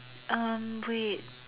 um wait